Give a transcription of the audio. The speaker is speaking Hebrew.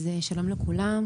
שלום לכולם,